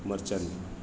મરચાંની